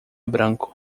branco